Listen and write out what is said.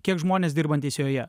kiek žmonės dirbantys joje